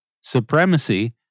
supremacy